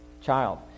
child